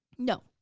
no.